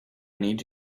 need